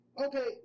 Okay